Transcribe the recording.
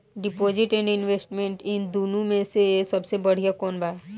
Deposit and investment इन दुनो मे से सबसे बड़िया कौन बा?